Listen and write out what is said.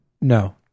No